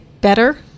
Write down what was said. better